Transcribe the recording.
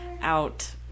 out